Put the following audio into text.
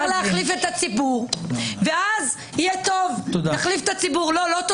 נאלצתי להסיר את החוק שמי שאין לו תעודת בגרות לא יכול